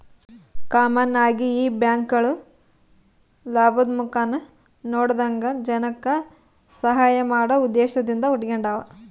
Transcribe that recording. common ಆಗಿ ಈ ಬ್ಯಾಂಕ್ಗುಳು ಲಾಭುದ್ ಮುಖಾನ ನೋಡದಂಗ ಜನಕ್ಕ ಸಹಾಐ ಮಾಡೋ ಉದ್ದೇಶದಿಂದ ಹುಟಿಗೆಂಡಾವ